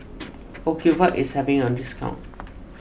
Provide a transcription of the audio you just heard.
Ocuvite is having a discount